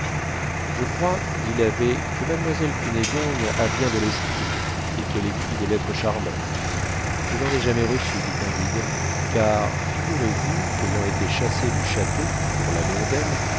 je crois dit l'abbé que mademoiselle cunégonde a bien de l'esprit et qu'elle écrit des lettres charmantes je n'en ai jamais reçu dit candide car figurez-vous qu'ayant été chassé du château pour l'amour d'elle